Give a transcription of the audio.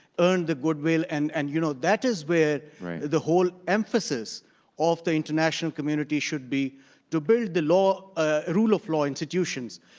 earn the goodwill, and and you know that is where the whole emphasis of the international community should be to build the ah rule of law institutions.